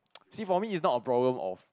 see for me it's not a problem of